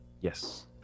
Yes